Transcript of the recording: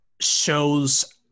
Shows